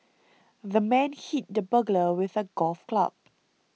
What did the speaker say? the man hit the burglar with a golf club